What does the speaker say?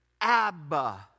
Abba